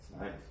nice